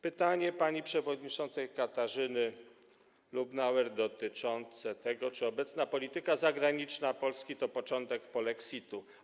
Pytanie pani przewodniczącej Katarzyny Lubnauer dotyczyło tego, czy obecna polityka zagraniczna Polski to początek polexitu.